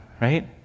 right